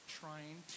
trying